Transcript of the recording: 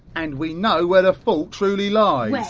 and we know where the fault truly lies.